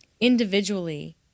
individually